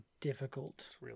difficult